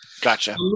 Gotcha